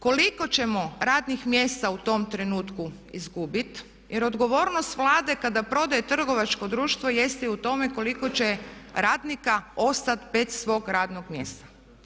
Koliko ćemo radnih mjesta u tom trenutku izgubiti jer odgovornost Vlade kada prodaje trgovačko društvo jeste i u tome koliko će radnika ostati bez svog radnog mjesta.